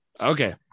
Okay